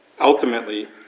ultimately